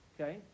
Okay